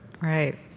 Right